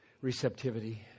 receptivity